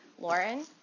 Lauren